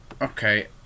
Okay